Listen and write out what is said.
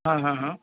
हाँ हाँ हाँ